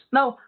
Now